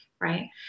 right